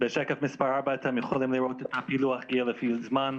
בשקף מספר 4 אתם יכולים לראות פילוח גיל לפי זמן,